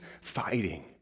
fighting